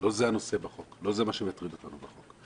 לא זה הנושא בחוק, לא זה מה שמטריד אותנו בחוק.